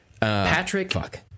Patrick